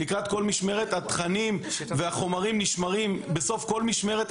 התכנים והחומרים נשמרים בסוף כל משמרת,